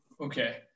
Okay